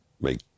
make